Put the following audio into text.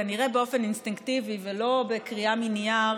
כנראה באופן אינסטינקטיבי ולא מקריאה מנייר,